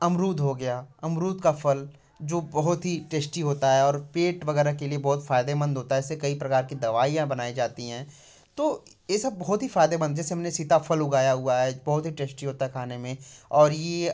अमरूद हो गया अमरूद का फल जो बहुत ही टेश्टी होता है और पेट वगैरह के लिए बहुत फ़ायदेमंद होता है इससे कई प्रकार की दवाइयाँ बनाई जाती हैं तो ये सब बहुत ही फ़ायदेमंद जैसे हमने सीताफल उगाया हुआ है बहुत ही टेश्टी होता है खाने में और ये